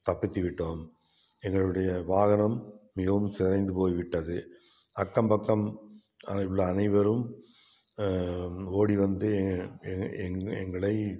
தப்பித்துவிட்டோம் எங்களுடைய வாகனம் மிகவும் சிதைந்து போய்விட்டது அக்கம் பக்கம் உள்ள அனைவரும் ஓடி வந்து எங்க எங்களை எங்களை எங்களை